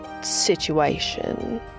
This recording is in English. situation